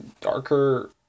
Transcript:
darker